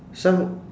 some